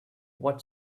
what